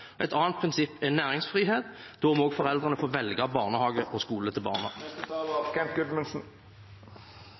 Et annet prinsipp er næringsfrihet. Da må foreldrene få velge barnehage og skole til barna. Det har vært interessant å følge debatten så langt, og det er